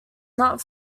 not